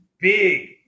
big